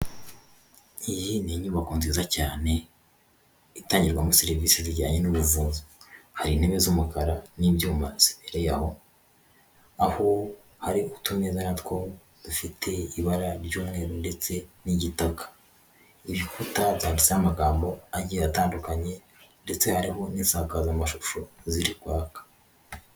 Iyi ni inyubako nziza cyane itangirwamo serivisi zijyanye n'ubuvuzi. Hari intebe z'umukara n'ibibyuma zibereye aho, aho hari utumeza na two dufite ibara ry'umweru ndetse n'igitaka. Ibikuta byantseho amagambo agiye atandukanye ndetse harimo n'itangazamashusho ziri kwaka.